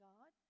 God